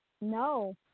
No